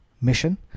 mission